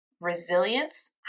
resilience